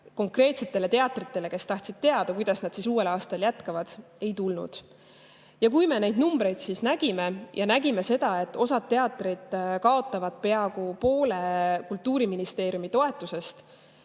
konkreetsetele teatritele, kes tahtsid teada, kuidas nad siis uuel aastal jätkavad. Ja kui me neid numbreid siis nägime ja nägime seda, et osa teatreid kaotavad peaaegu poole Kultuuriministeeriumi toetusest,